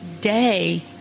day